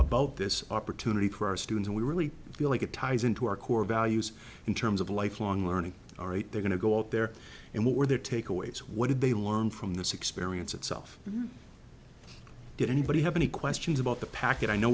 about this opportunity for our students we really feel like it ties into our core values in terms of lifelong learning all right they're going to go out there and what were their takeaways what did they learn from this experience itself did anybody have any questions about the package i know